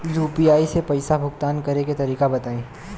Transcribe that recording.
UPI से पईसा भुगतान करे के तरीका बताई?